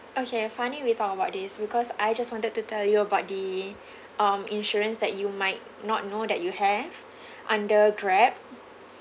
okay finally we talk about this because I just wanted to tell you about the um insurance that you might not know that you have under Grab